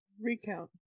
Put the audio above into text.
Recount